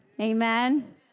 Amen